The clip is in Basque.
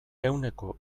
ehuneko